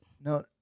No